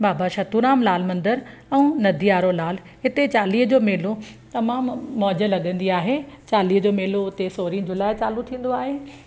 बाबा शतूराम लाल मंदर ऐं नदियारो लाल हिते चालीह जो मेलो तमामु मौज लॻंदी आहे चालीहे जो मेलो उते सोरहीं जुलाइ चालू थींदो आहे